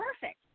perfect